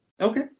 Okay